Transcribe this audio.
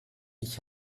ich